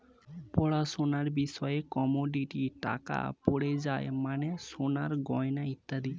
পড়াশোনার বিষয়ে কমোডিটি টাকা পড়ে যার মানে সোনার গয়না ইত্যাদি